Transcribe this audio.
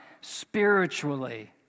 Spiritually